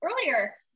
earlier